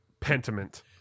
Pentiment